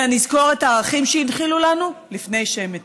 אלא נזכור את הערכים שהם הנחילו לנו לפני שהם מתים.